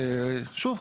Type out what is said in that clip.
שוב,